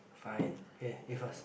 fine yeah you first